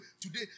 today